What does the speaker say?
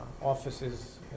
offices